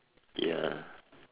ya